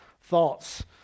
thoughts